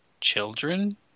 children